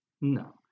no